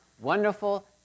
wonderful